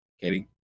Katie